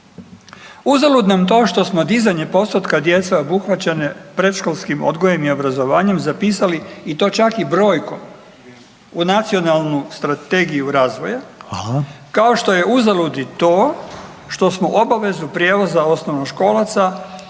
Uzalud nam to što smo dizanje postotka djece obuhvaćene predškolskim odgojem i obrazovanjem zapisali i to čak i brojkom u nacionalnu strategiju razvoja …/Upadica: Hvala vam./… kao što je uzalud i to što smo obavezu prijevoza osnovnoškolaca zapisali